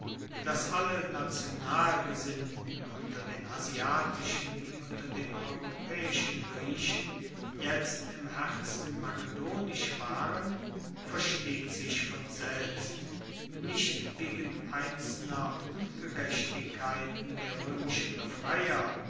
dass alle national gesinnten unter den asiatischen wie unter den europaeischen griechen jetzt im herzen makedonisch waren versteht sich von selbst nicht wegen einzelner ungerechtigkeiten der roemischen befreier